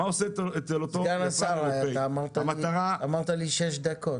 סגן השר, אמרת שש דקות.